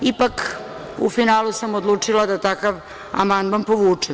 Ipak, u finalu sam odlučila da takav amandman povučem.